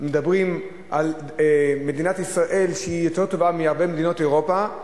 מדברים על מדינת ישראל שהיא יותר טובה מהרבה מדינות אירופה,